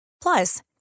Plus